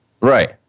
Right